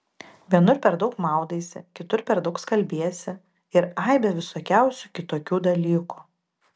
vienur per daug maudaisi kitur per daug skalbiesi ir aibę visokiausių kitokių dalykų